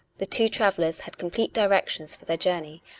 the two travellers had com plete directions for their journey,